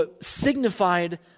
signified